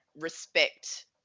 respect